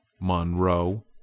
MONROE